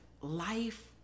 life